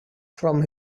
from